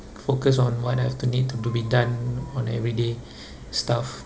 focus on what I have to need to to be done on every day stuff